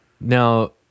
Now